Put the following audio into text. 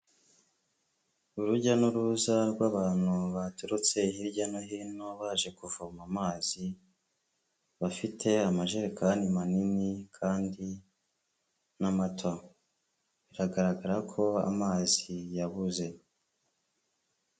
Urujya n'uruza rw'abantu baturutse hirya no hino baje kuvoma amazi, bafite amajerekani manini kandi n'amato, biragaragara ko amazi yabuze.